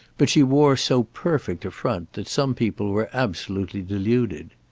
but she wore so perfect a front that some people were absolutely deluded.